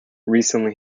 recently